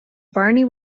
barney